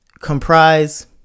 comprise